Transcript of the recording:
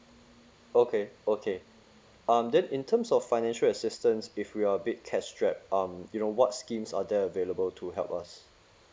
okay okay um then in terms of financial assistance if we are a bit cash strap um you know what schemes are there available to help us